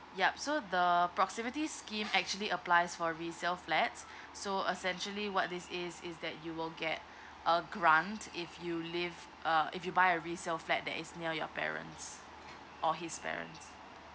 yup so the proximity scheme actually applies for resale flats so essentially what this is is that you will get a grant if you live uh if you buy a resale flat that is near your parents or his parents